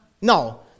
No